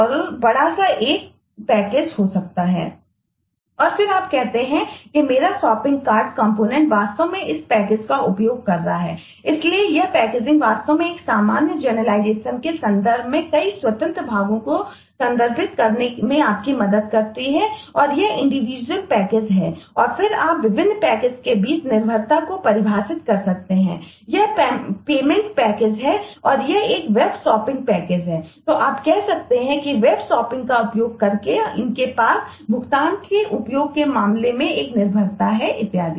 और फिर आप कहते हैं कि मेरा शॉपिंग कार्ट कंपोनेंट का उपयोग करके इनके पास भुगतान के उपयोग के मामले में एक निर्भरता है इत्यादि